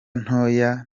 ntoya